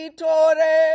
tore